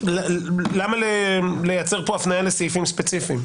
למה לייצר פה הפנייה לסעיפים ספציפיים?